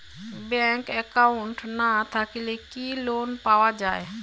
Bank account না থাকিলে কি লোন পাওয়া য়ায়?